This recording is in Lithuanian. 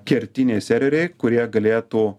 kertiniai serveriai kurie galėtų